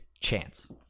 chance